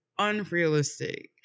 unrealistic